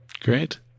Great